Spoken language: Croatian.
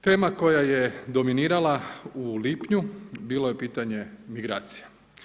Tema koja je dominirala u lipnju bilo je pitanje migracija.